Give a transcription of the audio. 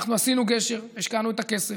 אנחנו עשינו גשר, השקענו את הכסף.